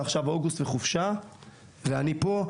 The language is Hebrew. ועכשיו אוגוסט וחופשה ואני פה,